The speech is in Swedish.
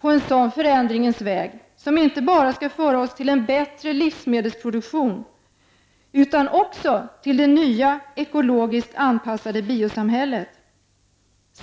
på den förändringens väg som inte bara skall föra oss till en bättre livsmedelsproduktion utan också till det nya ekologiskt anpassade biosamhället.